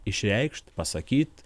išreikšt pasakyt